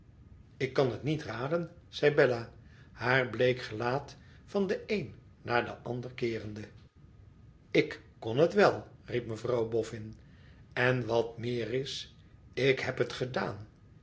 ik kan het niet raden zei bella haar bleek gelaat van den een naar den ander keerende ik kon het wel riep mevrouw boffin en wat meer is ik heb het gedaan